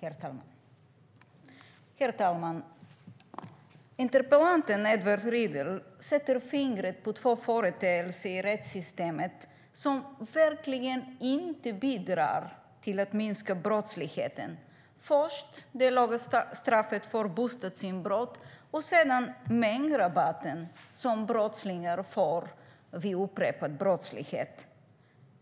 Herr talman! Interpellanten Edward Riedl sätter fingret på två företeelser i rättssystemet som verkligen inte bidrar till att minska brottsligheten. Det är först det låga straffet för bostadsinbrott och sedan mängdrabatten som brottslingar får vid upprepad brottslighet.